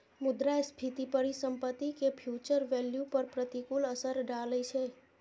मुद्रास्फीति परिसंपत्ति के फ्यूचर वैल्यू पर प्रतिकूल असर डालै छै